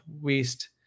waste